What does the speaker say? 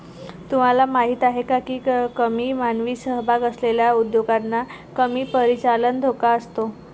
तुम्हाला माहीत आहे का की कमी मानवी सहभाग असलेल्या उद्योगांना कमी परिचालन धोका असतो?